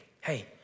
hey